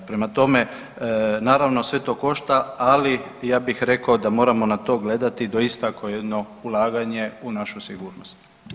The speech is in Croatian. Prema tome, naravno sve to košta, ali ja bih rekao da moramo na to gledati doista kao jedno ulaganje u našu sigurnost.